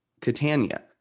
catania